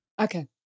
Okay